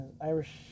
Irish